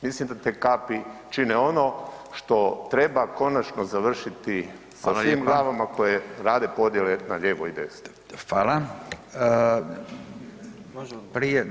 Mislim da te kapi čine ono što treba konačno završiti sa svim glavama koje [[Upadica: Hvala lijepa.]] rade podijele na lijevo i desno.